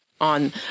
on